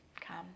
come